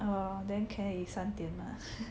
!wah! then 可以三点吗